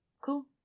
cool